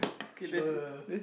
sure